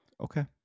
Okay